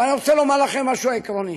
אבל אני רוצה לומר לכם משהו עקרוני.